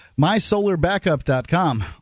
MySolarBackup.com